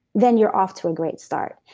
then you're off to a great start.